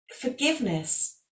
forgiveness